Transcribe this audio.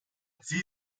sie